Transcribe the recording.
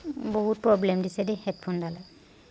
বহুত প্ৰবলেম দিছে দেই হেডফোনডালে